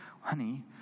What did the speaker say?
Honey